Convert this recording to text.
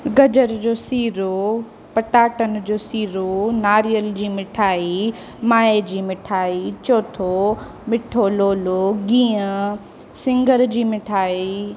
गजर जो सीरो पटाटनि जो सीरो नारियल जी मिठाई माए जी मिठाई चौथो मिठो लोलो गिहर सिङर जी मिठाई